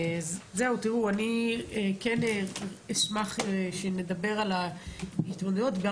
אני אשמח שנדבר על ההתמודדויות.